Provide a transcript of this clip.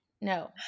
No